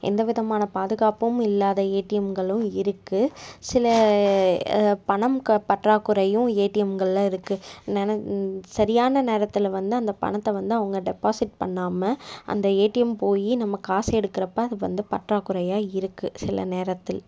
எந்த விதமான பாதுகாப்பும் இல்லாத ஏடிஎம்களும் இருக்குது சில பணம் க பற்றாக்குறையும் ஏடிஎம்ங்களில் இருக்குது நென சரியான நேரத்தில் வந்து அந்தப் பணத்தை வந்து அவங்க டெப்பாசிட் பண்ணாமல் அந்த ஏடிஎம் போய் நம்ம காசு எடுக்கிறப்ப அது வந்து பற்றாக்குறையாக இருக்குது சில நேரத்தில்